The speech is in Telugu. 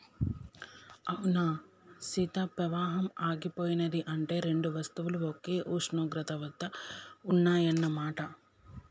అవునా సీత పవాహం ఆగిపోయినది అంటే రెండు వస్తువులు ఒకే ఉష్ణోగ్రత వద్ద ఉన్నాయన్న మాట